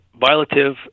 violative